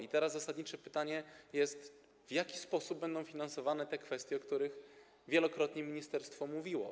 I teraz jest zasadnicze pytanie: W jaki sposób będą finansowane te kwestie, o których wielokrotnie ministerstwo mówiło?